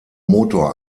motor